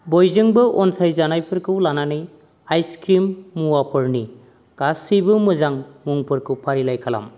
बयजोंबो अनसायजानायफोरखौ लानानै आइस्किम मुवाफोरनि गासैबो मोजां मुंफोरखौ फारिलाइ खालाम